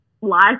life